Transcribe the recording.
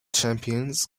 champions